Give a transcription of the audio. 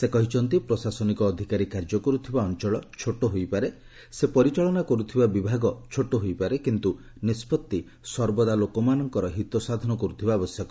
ସେ କହିଛନ୍ତି ପ୍ରଶାସନିକ ଅଧିକାରୀ କାର୍ଯ୍ୟ କରୁଥିବା ଅଞ୍ଚଳ ଛୋଟ ହୋଇପାରେ ସେ ପରିଚାଳନା କରୁଥିବା ବିଭାଗ ଛୋଟ ହୋଇପାରେ କିନ୍ତୁ ନିଷ୍ପଭି ସର୍ବଦା ଲୋକମାନଙ୍କର ହିତ ସାଧନ କରୁଥିବା ଆବଶ୍ୟକ